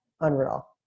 unreal